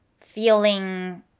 feeling